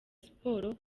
siporo